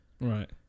Right